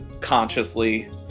consciously